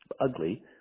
ugly